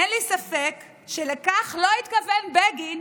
אין לי ספק שלא לכך התכוון בגין